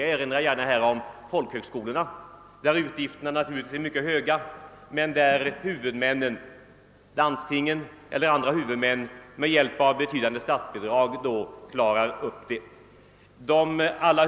Jag erinrar i detta sammanhang gärna om folkhögskolorna, där utgifterna naturligtvis är mycket höga men där huvudmännen — landsting eller andra — med hjälp av betydande statsbidrag klarar upp det hela.